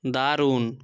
দারুণ